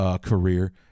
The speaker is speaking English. career